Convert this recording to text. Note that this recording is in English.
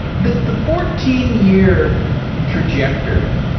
the the fourteen year trajectory,